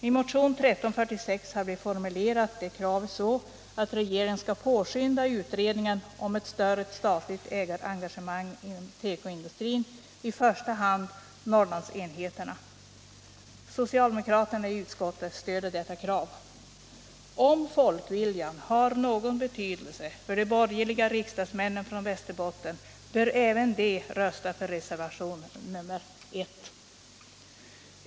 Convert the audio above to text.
I motionen 1346 formuleras kravet så, att regeringen skall påskynda utredningen om ett större statligt ägarengagemang i tekoindustrin, i första hand i Norrlandsenheterna. Socialdemokraterna i utskottet stöder detta krav. Om folkviljan har någon betydelse för de borgerliga riksdagsmännen från Västerbotten bör även de rösta för reservationen 1.